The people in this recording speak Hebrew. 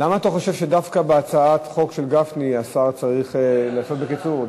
למה אתה חושב שדווקא בהצעת חוק של גפני השר צריך לענות בקיצור?